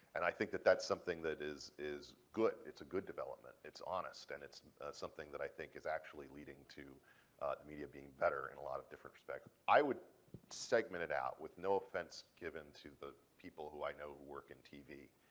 and i think that that's something that is is good. it's a good development. it's honest. and it's something that i think is actually leading to media being better in a lot of different respects. i would segment it out, with no offense given to the people who i know who work in tv.